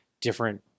different